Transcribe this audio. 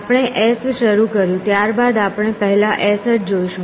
આપણે s શરૂ કર્યું ત્યારબાદ આપણે પહેલા s જ જોઈશું